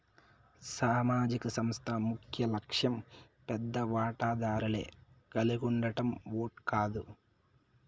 సామాజిక సంస్థ ముఖ్యలక్ష్యం పెద్ద వాటాదారులే కలిగుండడం ఓట్ కాదు